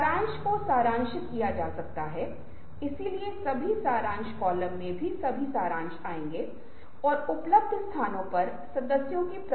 अब मूल रूप से यहाँ क्या हो रहा है कि ये विचार अलगाव में उत्पन्न होते हैं और फिर आप लिंक करनाजोड़ना शुरू करते हैं